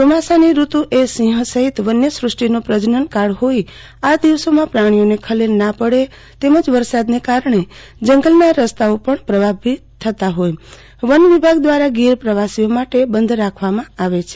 ચોમાસાની ઋતુ એ સિંહ સહીત વન્યસૂષ્ટિનો પ્રજનન કાળ હોઇ આ દિવસૌમા પ્રાણીઓને ખલેલ ના પડે તેમજ વરસાદને કારણે જંગલના રસ્તાઓ પણ પ્રભાવિત થતા હોય વન વિભાગ દ્રારા ગીર પ્રવાસીઓ માટે બંધ રાખવામા આવે છે